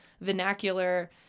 vernacular